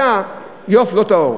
חסידה, היא עוף לא טהור.